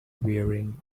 wearing